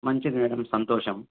మంచిది మేడం సంతోషం